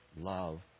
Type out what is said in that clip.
love